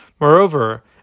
Moreover